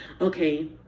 okay